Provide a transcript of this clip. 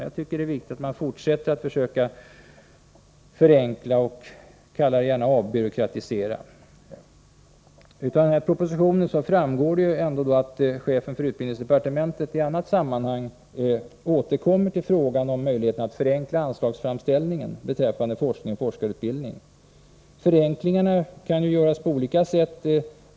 Jag tycker att det är viktigt att man fortsätter att försöka förenkla — kalla det gärna avbyråkratisera. Av den här propositionen framgår det att chefen för utbildningsdepartementet i annat sammanhang återkommer till frågan om möjligheterna att förenkla anslagsframställningar beträffande forskning och forskarutbildning. Förenklingarna kan göras på olika sätt.